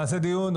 נעשה דיון,